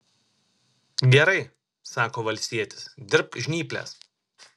gerai sako valstietis dirbk žnyples